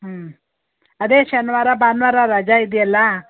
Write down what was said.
ಹ್ಞೂ ಅದೇ ಶನಿವಾರ ಭಾನುವಾರ ರಜೆ ಇದೆಯಲ್ಲ